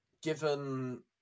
given